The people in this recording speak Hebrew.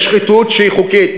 יש שחיתות שהיא חוקית.